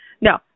no